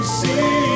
see